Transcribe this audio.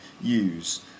use